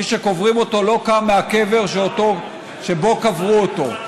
מי שקוברים אותו לא קם מהקבר שבו קברו אותו.